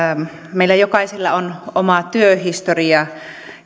meillä jokaisella on oma työhistoria